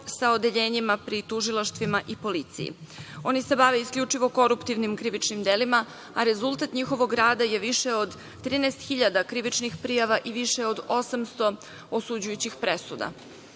sa odeljenjima pri tužilaštvima i policiji. Oni se bave isključivo koruptivnim krivičnim delima, a rezultat njihovog rada je više od 13.000 krivičnih prijava i više od 800 osuđujućih